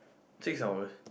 since I was